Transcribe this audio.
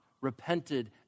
repented